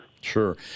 Sure